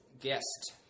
guest